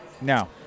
No